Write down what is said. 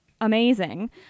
amazing